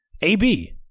AB